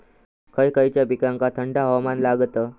खय खयच्या पिकांका थंड हवामान लागतं?